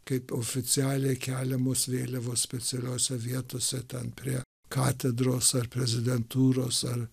kaip oficialiai keliamos vėliavos specialiose vietose ten prie katedros ar prezidentūros ar